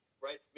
Right